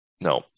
No